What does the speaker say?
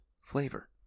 flavor